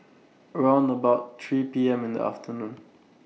round about three P M in The afternoon